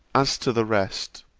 as to the rest,